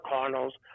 Cardinals